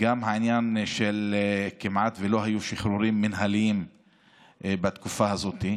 גם מכיוון שלא היו כמעט שחרורים מינהליים בתקופה הזאת,